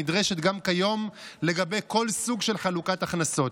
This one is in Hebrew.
הנדרשת גם כיום לגבי כל סוג של חלוקת הכנסות.